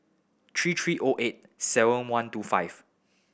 three three O eight seven one two five